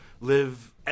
live